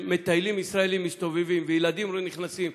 שמטיילים ישראלים מסתובבים, וילדים, ונכנסים.